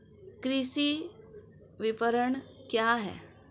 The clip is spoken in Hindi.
कृषि विपणन क्या है?